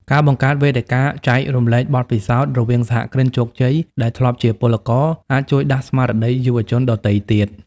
ការបង្កើតវេទិកា "ចែករំលែកបទពិសោធន៍" រវាងសហគ្រិនជោគជ័យដែលធ្លាប់ជាពលករ អាចជួយដាស់ស្មារតីយុវជនដទៃទៀត។